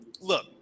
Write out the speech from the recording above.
look